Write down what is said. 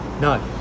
No